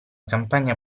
campagna